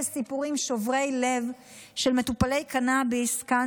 בסיפורים שוברי לב של מטופלי קנביס כאן